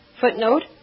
Footnote